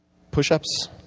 push-ups,